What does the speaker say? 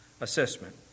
assessment